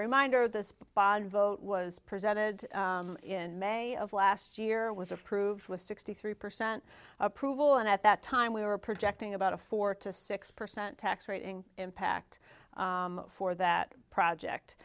reminder this vote was presented in may of last year was approved with sixty three percent approval and at that time we were projecting about a four to six percent tax rate impact for that project